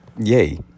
Yay